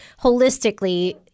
holistically